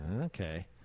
Okay